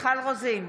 מיכל רוזין,